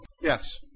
Yes